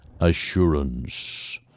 Assurance